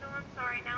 sorry. now